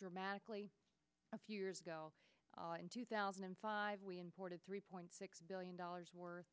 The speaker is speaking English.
dramatically a few years ago in two thousand and five we imported three point six billion dollars worth